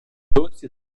досі